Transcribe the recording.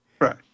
Right